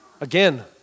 Again